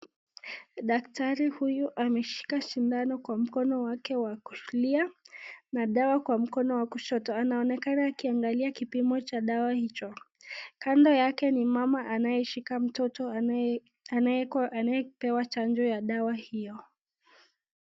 Daktari huyu ameshika sindano kwa mkono wake wa kulia na dawa kwa mkono wa kushoto anaonekana akiangalia kipimo cha dawa hicho. Kando yake ni mama anayeshika mtoto anayepewa chanjo ya dawa hio